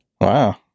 wow